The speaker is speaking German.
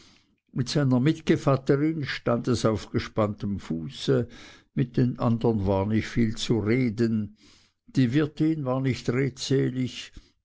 mit seiner mitgevatterin stund es auf gespanntem fuße mit den andern war nicht viel zu reden die wirtin war nicht redselig